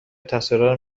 تقصیرارو